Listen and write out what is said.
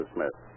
Smith